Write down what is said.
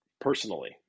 personally